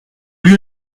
lieu